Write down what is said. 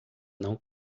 não